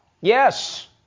Yes